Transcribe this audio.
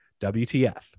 WTF